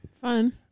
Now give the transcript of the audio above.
fun